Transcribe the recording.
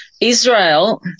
Israel